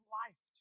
life